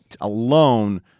alone